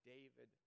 David